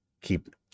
keep